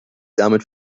damit